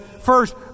first